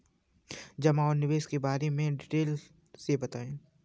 जमा और निवेश के बारे में डिटेल से बताएँ?